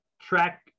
track